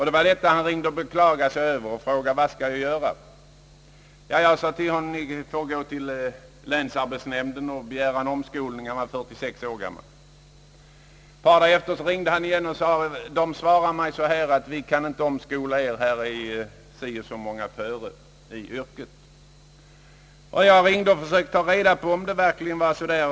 Det var detta han ringde och beklagade sig över, och han frågade: Vad skall jag göra? Jag sade till honom: Ni får gå till länsarbetsnämnden och begära omskolning. Mannen var 46 år gammal. Ett par dagar därefter ringde han igen och sade: Man svarar mig att man inte kan omskola mig, ty det är så och så många före som vill omskolas till andra yrken. Jag ringde och försökte ta reda på om det verkligen var så.